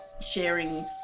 sharing